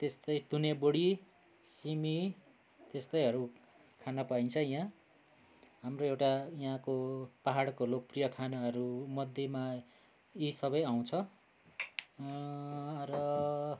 त्यस्तै तुने बोडी सिमी त्यस्तैहरू खान पाइन्छ यहाँ हाम्रो एउटा यहाँको पहाडको लोकप्रिय खानाहरू मध्येमा यी सबै आउँछ र